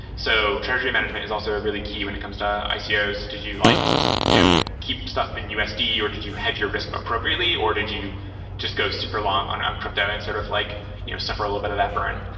so treasury management is also really key when it comes to icos. yeah ah so did you like yeah keep stuff in usd, or did you hedge your risk appropriately, or did you just go super long on on crypto and sort of like you know suffer a little bit of that burn?